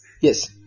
Yes